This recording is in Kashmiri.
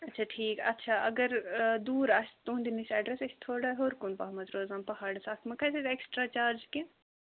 اَچھا ٹھیٖک اچھا اگر دوٗر آسہِ تُہُنٛدِ نِش ایٚڈرَس أسۍ چھِ تھوڑا ہیٚور کُن پَہمَتھ روزان پہاڑَس اَتھ ما کھَسہِ حظ ایٚکٕسٹرا چارج کیٚنٛہہ